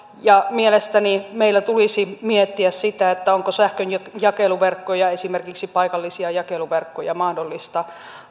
mielestäni meillä tulisi miettiä sitä onko sähkön jakeluverkkoja esimerkiksi paikallisia jakeluverkkoja mahdollista